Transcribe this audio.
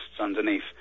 underneath